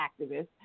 activists